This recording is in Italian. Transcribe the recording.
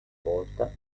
volta